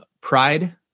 pride